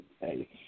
Hey